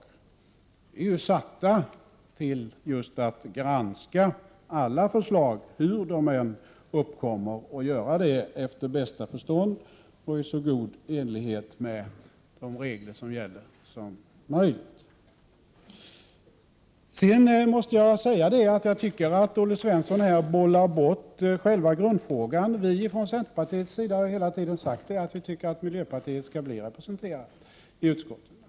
Vi är ju tillsatta just för att granska alla förslag hur de än uppkommer och göra det efter bästa förstånd och i så god enlighet som möjligt med de regler som gäller. Jag tycker att Olle Svensson bollar bort själva grundfrågan. Viicenterpartiet har hela tiden sagt att vi tycker att miljöpartiet skall bli representerat i utskotten.